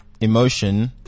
Emotion